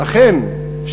אכן,